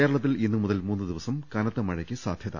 കേരളത്തിൽ ഇന്നുമുതൽ മൂന്ന് ദിവസം കനത്തമഴയ്ക്ക് സാധ്യ ത